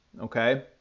Okay